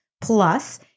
plus